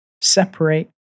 separate